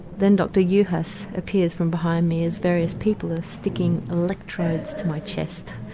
then dr juhasz appears from behind me as various people are sticking electrodes to my chest.